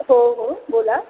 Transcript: हो हो बोला